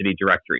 directory